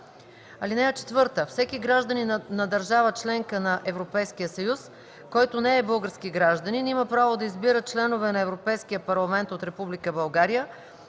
от свобода. (4) Всеки гражданин на държава – членка на Европейския съюз, който не е български гражданин, има право да избира членове на Европейския парламент от Република България,